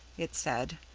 it said,